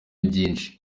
byinshi